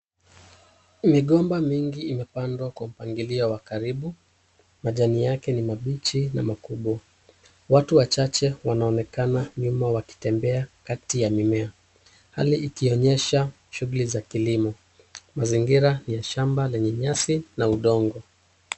Migomba mingi imepandwa kwa mpangilio wa karibu, majani yake ni mabichi na makubwa. Watu wachache wanaonekana nyuma wakitembea kati ya mimea, hali ikionyesha shughuli za kilimo. Mazingira ni ya shamba lenye nyasi na udongo.